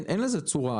אין לזה צורה.